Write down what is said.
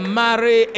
marry